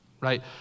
right